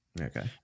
Okay